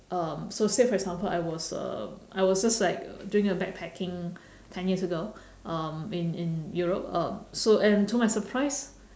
um so say for example I was um I was just like doing a backpacking ten years ago um in in Europe um so and to my surprise